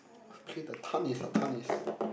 play the tennis ah tennis